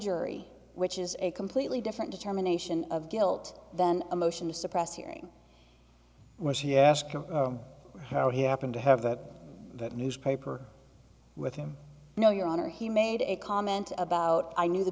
jury which is a completely different determination of guilt than a motion to suppress hearing when she asked him how he happened to have that that newspaper with him no your honor he made a comment about i knew the